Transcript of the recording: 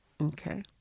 Okay